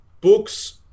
Books